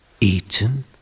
eaten